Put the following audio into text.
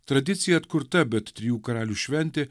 tradicija atkurta bet trijų karalių šventė